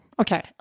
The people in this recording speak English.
Okay